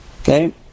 Okay